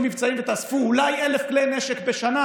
מבצעים ותאספו אולי 1,000 כלי נשק בשנה.